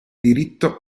diritto